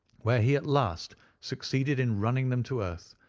where he at last succeeded in running them to earth.